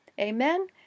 Amen